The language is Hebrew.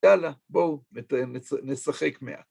יאללה, בואו נשחק מעט